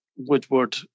Woodward